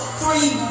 three